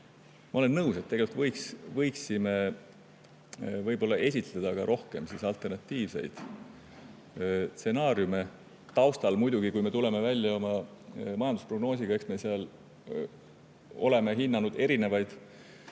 Ma olen nõus, et tegelikult võiksime esitleda rohkemaid alternatiivseid stsenaariume. Muidugi, kui me tuleme välja oma majandusprognoosiga, eks me seal oleme hinnanud erinevaid